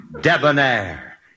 debonair